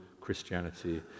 Christianity